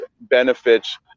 benefits